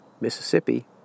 Mississippi